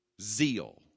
zeal